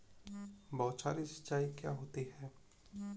बौछारी सिंचाई क्या होती है?